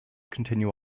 continue